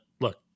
look